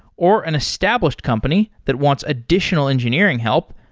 or an established company that wants additional engineering help,